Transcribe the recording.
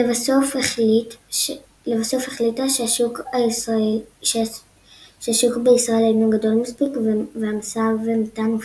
לבסוף החליטה שהשוק בישראל אינו גדול מספיק והמשא ומתן הופסק.